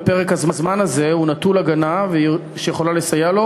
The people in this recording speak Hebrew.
בפרק הזמן הזה הוא נטול הגנה שיכולה לסייע לו,